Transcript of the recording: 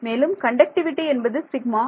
மேலும் கண்டக்டிவிடி என்பது சிக்மா